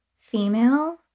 female